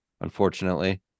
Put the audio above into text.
unfortunately